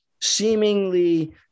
Seemingly